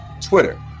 Twitter